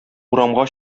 урамга